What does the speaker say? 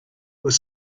was